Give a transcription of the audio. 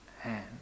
hand